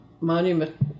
monument